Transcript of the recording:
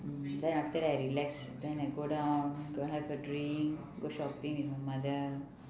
mm then after that I relax then I go down go have a drink go shopping with my mother